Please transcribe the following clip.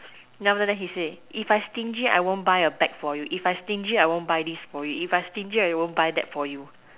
then after that he say if I stingy I won't buy a bag for you if I stingy I won't buy this for you if I stingy I won't buy that for you